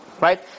Right